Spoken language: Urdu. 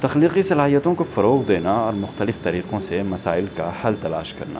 تخلیقی صلاحیتوں کو فروغ دینا اور مختلف طریقوں سے مسائل کا حل تلاش کرنا